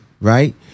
Right